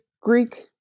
Greek